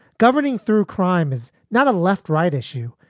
governing through crime is not a left right issue,